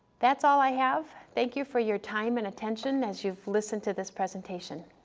that's all i have, thank you for your time and attention as you've listened to this presentation.